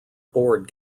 board